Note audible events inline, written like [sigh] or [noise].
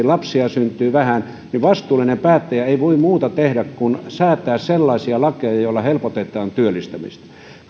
[unintelligible] lapsia syntyy vähän niin vastuullinen päättäjä ei voi muuta tehdä kuin säätää sellaisia lakeja joilla helpotetaan työllistymistä